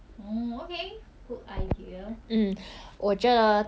mm 你 ya you see even if the like government 讲